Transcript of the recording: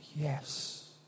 yes